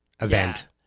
event